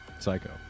Psycho